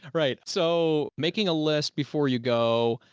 right. so making a list before you go.